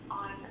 on